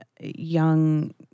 young